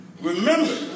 remember